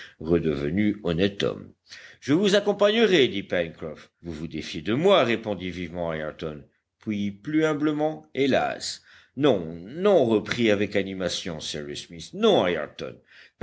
redevenu honnête homme je vous accompagnerai dit pencroff vous vous défiez de moi répondit vivement ayrton puis plus humblement hélas non non reprit avec animation cyrus smith non